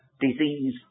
disease